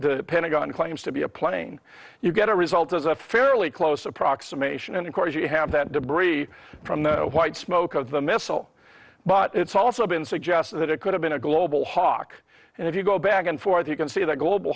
the pentagon claims to be a plane you get a result of a fairly close approximation and of course you have that debris from the white smoke of the missile but it's also been suggested that it could have been a global hawk and if you go back and forth you can see that global